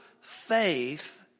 faith